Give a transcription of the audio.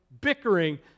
bickering